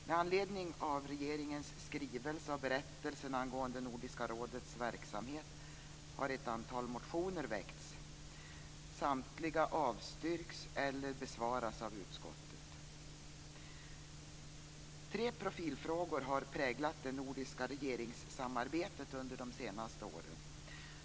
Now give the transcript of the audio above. Med anledning av regeringens skrivelse och berättelsen angående Nordiska rådets verksamhet har ett antal motioner väckts. Samtliga avstyrks eller besvaras av utskottet. Tre profilfrågor har präglat det nordiska regeringssamarbetet under de senaste åren.